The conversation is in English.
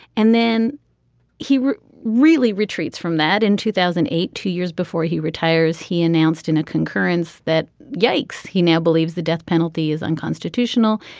and then he really retreats from that in two thousand and eight two years before he retires he announced in a concurrence that yikes. he now believes the death penalty is unconstitutional.